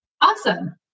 awesome